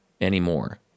anymore